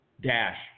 dash